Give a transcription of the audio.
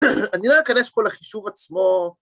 אני לא אכנס פה לחישוב עצמו.